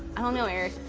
i don't know, eric.